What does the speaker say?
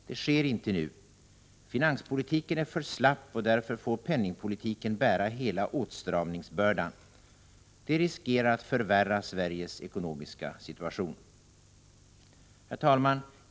Det sker inte nu. Finanspolitiken är för slapp, och därför får penningpolitiken bära hela åtstramningsbördan. Detta riskerar att förvärra Sveriges ekonomiska situation. Herr talman!